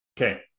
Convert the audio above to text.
Okay